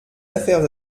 affaires